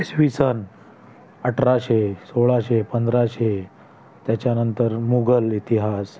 इसवी सन अठराशे सोळाशे पंधराशे त्याच्यानंतर मुघल इतिहास